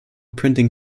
printing